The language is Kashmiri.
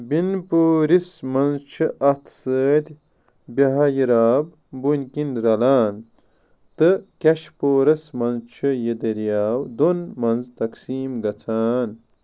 بِن پوٗرس منٛز چھُ اَتھ سۭتۍ بہایہ راب بٔنٛۍ کِنۍ رَلان تہٕ کیش پوٗرس منٛز چھُ یہِ دٔریاو دۄن منٛز تقسیٖم گَژھان